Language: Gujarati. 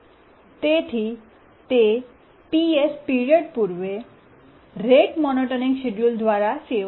તેથી તે Ps પીરિયડ પૂર્વે રેટ મોનોટોનિક શિડ્યુલર દ્વારા સેવા આપશે